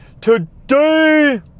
Today